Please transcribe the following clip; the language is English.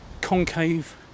concave